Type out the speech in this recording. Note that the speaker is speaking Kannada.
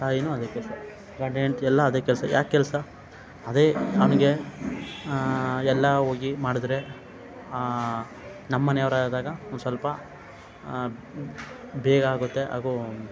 ತಾಯೀನು ಅದೇ ಕೆಲಸ ಗಂಡ ಹೆಂಡ್ತಿಯೆಲ್ಲಾ ಅದೇ ಕೆಲಸ ಯಾಕೆ ಕೆಲಸ ಅದೇ ನಮಗೆ ಎಲ್ಲ ಹೋಗಿ ಮಾಡಿದ್ರೆ ನಮ್ಮನೆಯವರಾದಾಗ ಒಂಸಲ್ಪ ಬೇಗ ಆಗುತ್ತೆ ಹಾಗೂ